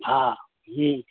હા હમ